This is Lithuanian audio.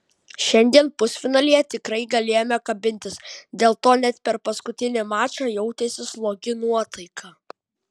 šiandien pusfinalyje tikrai galėjome kabintis dėl to net per paskutinį mačą jautėsi slogi nuotaika